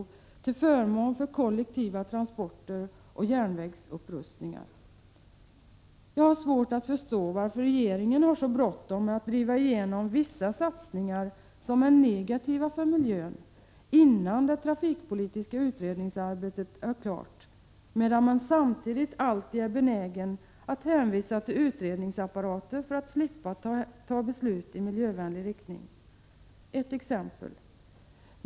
1 april 1987 Jag har svårt att förstå varför regeringen har så bråttom med att driva igenom vissa satsningar som är negativa för miljön, innan det trafikpolitiska OR enkodl Sör utredningsarbetet är klart, medan man samtidigt alltid är benägen att hänvisa besl KS SCR eslu till utredningsapparater för att slippa fatta beslut i miljövänlig riktning. Låt mig ge ett exempel.